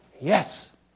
Yes